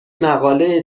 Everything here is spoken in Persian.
مقاله